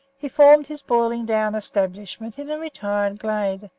he formed his boiling-down establishment in a retired glade,